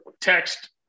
text